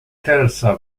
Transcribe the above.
terza